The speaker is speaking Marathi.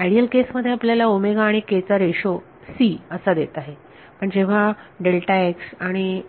आयडियल केस मध्ये आपल्याला आणि k चा रेशो c असा देत आहे पण जेव्हा आणि